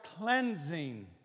cleansing